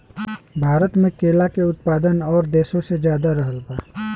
भारत मे केला के उत्पादन और देशो से ज्यादा रहल बा